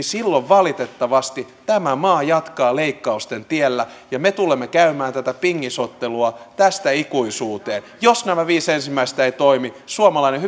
silloin valitettavasti tämä maa jatkaa leikkausten tiellä ja me tulemme käymään tätä pingisottelua tästä ikuisuuteen jos nämä viisi ensimmäistä eivät toimi suomalainen